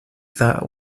that